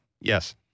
Yes